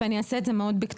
ואני אומר את זה מאוד בקצרה.